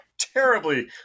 terribly